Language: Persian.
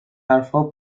حرفها